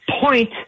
point